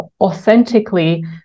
authentically